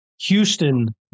Houston